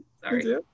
Sorry